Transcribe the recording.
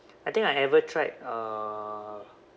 I think I ever tried uh